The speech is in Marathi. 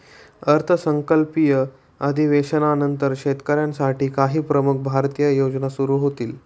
अर्थसंकल्पीय अधिवेशनानंतर शेतकऱ्यांसाठी काही प्रमुख भारतीय योजना सुरू होतील